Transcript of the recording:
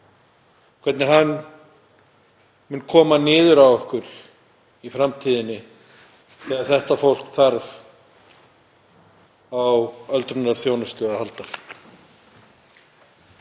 þessum hópi koma niður á okkur í framtíðinni þegar þetta fólk þarf á öldrunarþjónustu að halda.